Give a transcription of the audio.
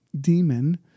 demon